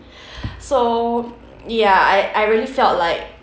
so ya I I really felt like